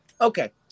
Okay